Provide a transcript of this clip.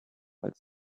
while